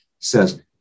says